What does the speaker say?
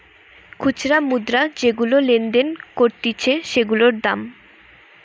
খুচরা মুদ্রা যেগুলা লেনদেন করতিছে সেগুলার দাম